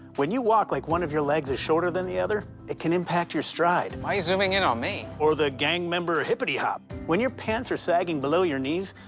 when you walk like one of your legs is shorter than the other, it can impact your stride. why are you zooming in on me? or the gang member hippity-hop. when your pants are sagging below your knees,